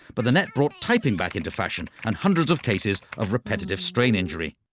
but the net brought typing back into fashion and hundreds of cases of repetitive strain injury.